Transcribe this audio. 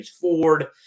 Ford